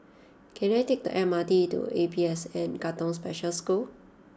can I take the M R T to A P S N Katong Special School